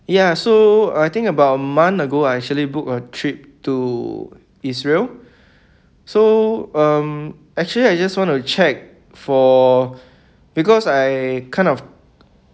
ya so I think about a month ago I actually book a trip to israel so um actually I just want to check for because I kind of